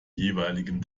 jeweiligen